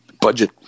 budget